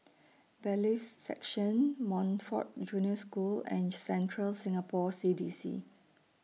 Bailiffs' Section Montfort Junior School and Central Singapore C D C